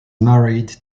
married